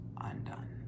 undone